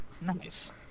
Nice